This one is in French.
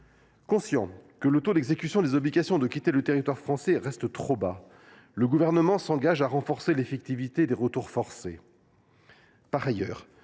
Conscient que le taux d’exécution des obligations de quitter le territoire français reste trop bas, le Gouvernement s’engage à renforcer l’effectivité des retours forcés.